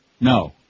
No